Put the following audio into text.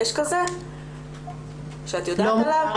יש כזה שאת יודעת עליו?